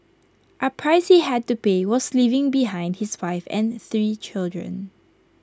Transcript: A price he had to pay was leaving behind his wife and three children